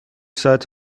ساعت